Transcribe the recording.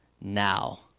now